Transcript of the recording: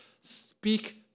Speak